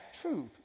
truth